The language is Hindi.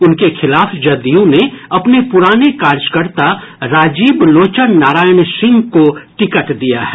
उनके खिलाफ जदयू ने अपने पुराने कार्यकर्ता राजीव लोचन नारायण सिंह को टिकट दिया है